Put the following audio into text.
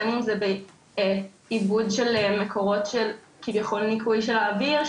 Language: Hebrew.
בין אם זה איבוד של מקורות שכביכול ניקוי של האוויר,